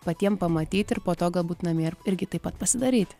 patiem pamatyti ir po to galbūt namie ir irgi taip pat pasidaryti